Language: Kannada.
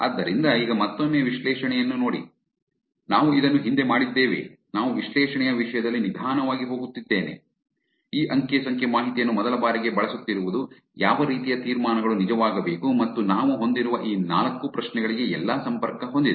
ಆದ್ದರಿಂದ ಈಗ ಮತ್ತೊಮ್ಮೆ ವಿಶ್ಲೇಷಣೆಯನ್ನು ನೋಡಿ ನಾವು ಇದನ್ನು ಹಿಂದೆ ಮಾಡಿದ್ದೇವೆ ನಾನು ವಿಶ್ಲೇಷಣೆಯ ವಿಷಯದಲ್ಲಿ ನಿಧಾನವಾಗಿ ಹೋಗುತ್ತಿದ್ದೇನೆ ಈ ಅಂಕಿ ಸಂಖ್ಯೆ ಮಾಹಿತಿಯನ್ನು ಮೊದಲ ಬಾರಿಗೆ ಬಳಸುತ್ತಿರುವುದು ಯಾವ ರೀತಿಯ ತೀರ್ಮಾನಗಳು ನಿಜವಾಗಬೇಕು ಮತ್ತು ನಾವು ಹೊಂದಿರುವ ಈ ನಾಲ್ಕು ಪ್ರಶ್ನೆಗಳಿಗೆ ಎಲ್ಲಾ ಸಂಪರ್ಕ ಹೊಂದಿದೆ